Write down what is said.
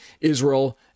Israel